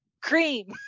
cream